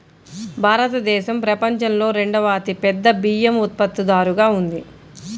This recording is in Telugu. భారతదేశం ప్రపంచంలో రెండవ అతిపెద్ద బియ్యం ఉత్పత్తిదారుగా ఉంది